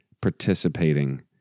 participating